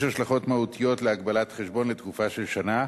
יש השלכות מהותיות להגבלת חשבון לתקופה של שנה,